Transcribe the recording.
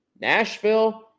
Nashville